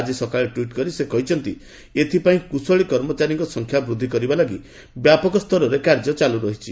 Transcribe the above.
ଆଜି ସକାଳେ ଟ୍ୱିଟ୍ କରି ସେ କହିଛନ୍ତି ଏଥିପାଇଁ କୁଶଳୀ କର୍ମଚାରୀଙ୍କ ସଂଖ୍ୟା ବୃଦ୍ଧି କରିବା ଲାଗି ବ୍ୟାପକ ସ୍ତରରେ କାର୍ଯ୍ୟ ଚାଲୁରହିଛି